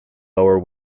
lower